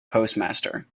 postmaster